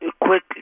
quick